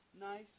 nice